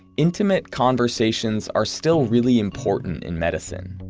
intimate conversations are still really important in medicine.